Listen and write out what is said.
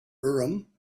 urim